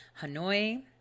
Hanoi